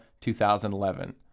2011